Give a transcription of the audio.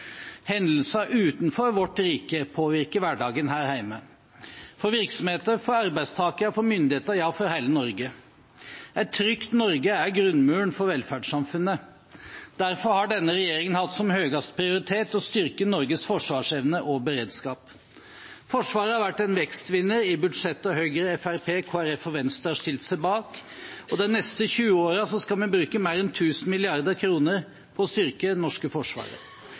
Hendelser utenfor vårt rike påvirker hverdagen her hjemme, for virksomheter, for arbeidstakere, for myndigheter – ja, for hele Norge. Et trygt Norge er grunnmuren for velferdssamfunnet. Derfor har denne regjeringen hatt som høyeste prioritet å styrke Norges forsvarsevne og beredskap. Forsvaret har vært en vekstvinner i budsjettene Høyre, Fremskrittspartiet, Kristelig Folkeparti og Venstre har stilt seg bak, og de neste 20 årene skal vi bruke mer enn 1 000 mrd. kr på å styrke det norske forsvaret.